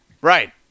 right